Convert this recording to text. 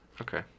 okay